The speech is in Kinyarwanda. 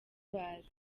bazi